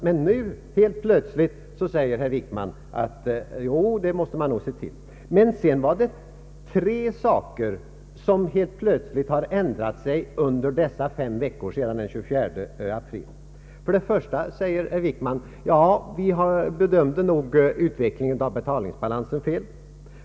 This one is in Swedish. Men nu säger herr Wickman helt plötsligt att det nu finns skäl att överväga detta. Dessutom att han för det första nog har bedömt utvecklingen av betalningsbalansen fel.